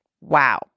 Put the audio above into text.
Wow